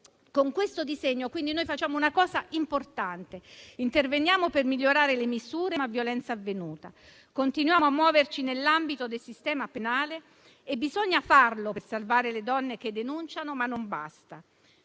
Con questo disegno di legge, quindi, facciamo una cosa importante: interveniamo per migliorare le misure, ma a violenza avvenuta; continuiamo a muoverci nell'ambito del sistema penale e bisogna farlo per salvare le donne che denunciano, ma non basta.